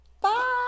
Bye